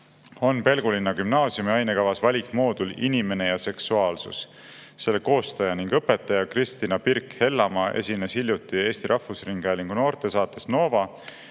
on Pelgulinna gümnaasiumi ainekavas valikmoodul "Inimene ja seksuaalsus". Selle koostaja ning õpetaja Kristina Birk-Vellemaa esines hiljuti Eesti Rahvusringhäälingu noortesaates "Nova",